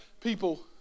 people